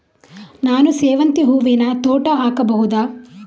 ನಾನು ಸೇವಂತಿ ಹೂವಿನ ತೋಟ ಹಾಕಬಹುದಾ?